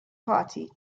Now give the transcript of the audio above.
party